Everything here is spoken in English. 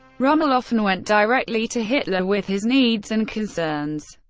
rommel often went directly to hitler with his needs and concerns,